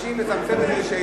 מבקשים לצמצם את זה לשאלה,